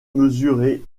mesurer